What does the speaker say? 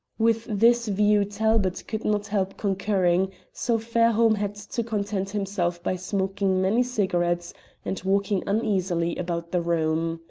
with this view talbot could not help concurring, so fairholme had to content himself by smoking many cigarettes and walking uneasily about the room.